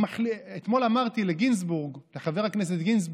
אתמול אמרתי לחבר הכנסת גינזבורג,